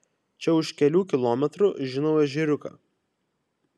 čia už kelių kilometrų žinau ežeriuką